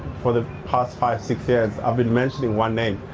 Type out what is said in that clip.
for the past five, six years, i've been mentioning one name.